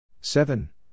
Seven